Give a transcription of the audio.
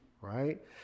Right